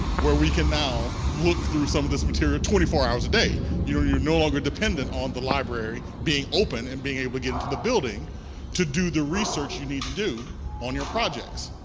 where we can now look through some of this material twenty four hours a day. you know you're no longer dependent upon the library being open and being able to get into the building to do the research you need to do on your projects.